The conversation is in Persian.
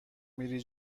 میری